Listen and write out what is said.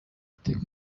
iteka